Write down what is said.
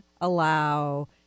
allow